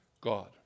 God